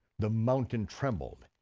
the mountain trembled,